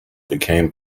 became